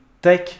tech